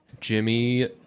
Jimmy